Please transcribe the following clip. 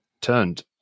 turned